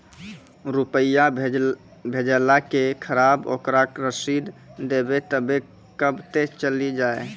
रुपिया भेजाला के खराब ओकरा रसीद देबे तबे कब ते चली जा?